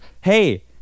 Hey